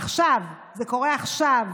עכשיו, זה קורה עכשיו.